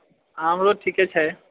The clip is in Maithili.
हमरो ठीके छै